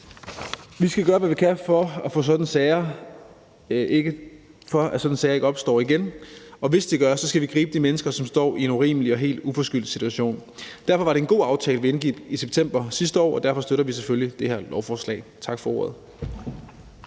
Vi skal gøre, hvad vi kan, for at sådanne sager ikke opstår igen, og hvis de gør, skal vi gribe de mennesker, som står i en urimelig og helt uforskyldt situation. Derfor var det en god aftale, vi indgik i september sidste år, og derfor støtter vi selvfølgelig det her lovforslag. Tak for ordet.